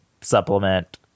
supplement